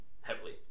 heavily